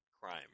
crime